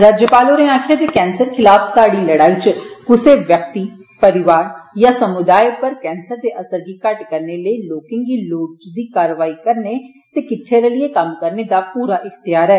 governor होरें आक्खेया जे कैंसर खिलफ स्हाड़ी लड़ाई च कुसै व्यक्ति परिवार या समुदाय पर कैंसर दे असर गी घट्ट करने लेई लोकें गी लोढ़चदी कार्यवाई करने ते किट्ठे रलिए कम्म करने दा पूरा इख्तयार ऐ